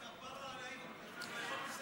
לסיים לאכול.